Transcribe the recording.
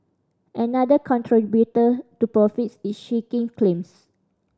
another contributor to profits is shrinking claims